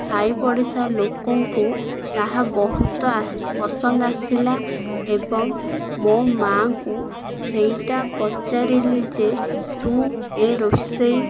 ସାାହି ପଡ଼ିଶା ଲୋକଙ୍କୁ ତାହା ବହୁତ ପସନ୍ଦ ଆସିଲା ଏବଂ ମୋ ମାଆଙ୍କୁ ସେଇଟା ପଚାରିଲି ଯେ ତୁ ଏ ରୋଷେଇ